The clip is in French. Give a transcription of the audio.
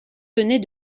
venait